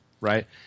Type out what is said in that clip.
right